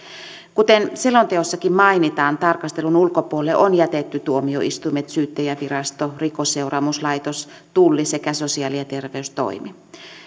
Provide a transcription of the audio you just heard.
kuten selonteossakin mainitaan tarkastelun ulkopuolelle on jätetty tuomioistuimet syyttäjävirasto rikosseuraamuslaitos tulli sekä sosiaali ja terveystoimi